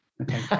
Okay